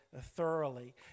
thoroughly